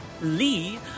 Lee